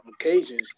occasions